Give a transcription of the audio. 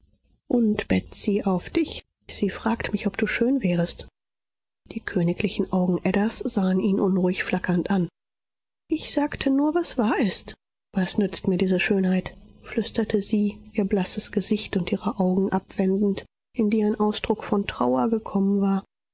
und betsy auf dich sie fragte mich ob du schön wärest die königlichen augen adas sahen ihn unruhig flackernd an ich sagte nur was wahr ist was nützt mir diese schönheit flüsterte sie ihr blasses gesicht und ihre augen abwendend in die ein ausdruck von trauer gekommen war